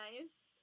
nice